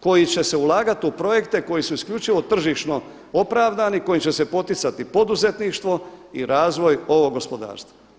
koji će se ulagati u projekte koji su isključivo tržišno opravdani, kojim će se poticati poduzetništvo i razvoj ovog gospodarstva.